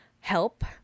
help